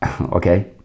Okay